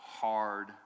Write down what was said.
hard